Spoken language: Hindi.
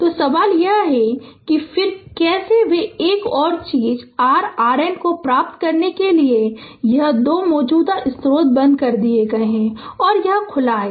तो सवाल यह है कि फिर कैसे वे एक और चीज r RN प्राप्त करने के लिए यह दो मौजूदा स्रोत बंद कर दिया गया है और यह खुला है